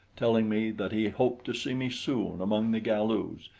telling me that he hoped to see me soon among the galus,